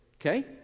Okay